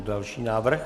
Další návrh.